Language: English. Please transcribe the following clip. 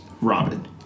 Robin